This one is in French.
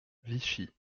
vichy